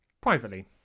Privately